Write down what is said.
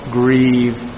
grieve